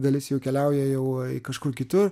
dalis jų keliauja jau kažkur kitur